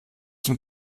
dem